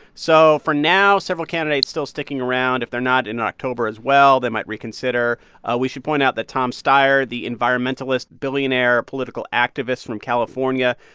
so for now, several candidates still sticking around. if they're not in october as well, they might reconsider we should point out that tom steyer, the environmentalist billionaire political activist from california,